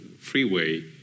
freeway